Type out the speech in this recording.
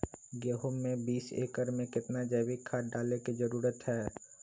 गेंहू में बीस एकर में कितना जैविक खाद डाले के जरूरत है?